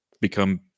become